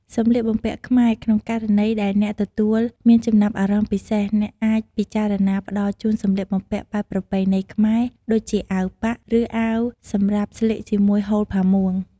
សម្លៀកបំពាក់ខ្មែរ ក្នុងករណីដែលអ្នកទទួលមានចំណាប់អារម្មណ៍ពិសេស អ្នកអាចពិចារណាផ្តល់ជូន សម្លៀកបំពាក់បែបប្រពៃណីខ្មែរ ដូចជាអាវប៉ាក់ ឬអាវសម្រាប់ស្លៀកជាមួយហូលផាមួង។